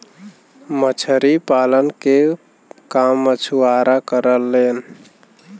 मछरी पालन के काम मछुआरा करेलन